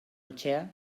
etxea